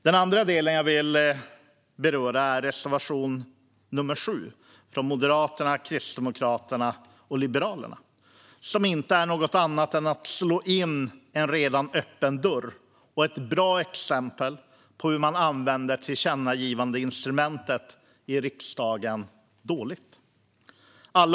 Den andra delen jag vill beröra gäller reservation 7 från Moderaterna, Kristdemokraterna och Liberalerna. Den gör inget annat än slår in en redan öppen dörr. Den är ett bra exempel på hur man använder tillkännagivandeinstrumentet i riksdagen på ett dåligt sätt.